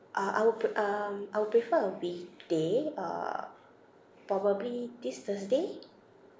uh I would pr~ um I would prefer a weekday uh probably this thursday